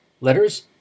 letters